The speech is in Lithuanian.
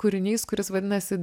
kūrinys kuris vadinasi